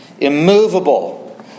immovable